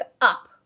up